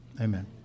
Amen